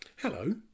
Hello